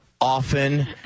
often